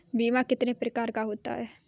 बीमा कितने प्रकार का होता है?